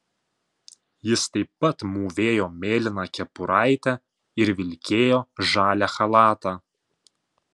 jis taip pat mūvėjo mėlyną kepuraitę ir vilkėjo žalią chalatą